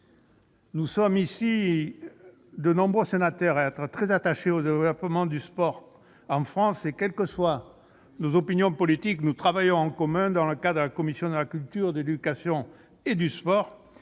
nous sommes nombreux à être très attachés au développement du sport en France et, quelles que soient nos opinions politiques, nous travaillons en commun dans le cadre de la commission de la culture, de l'éducation, de la